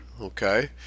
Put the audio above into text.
Okay